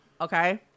okay